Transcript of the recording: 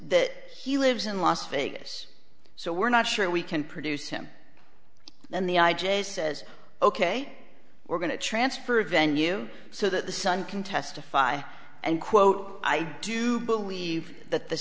that he lives in las vegas so we're not sure we can produce him and the i j a says ok we're going to transfer venue so that the son can testify and quote i do believe that the